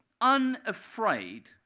unafraid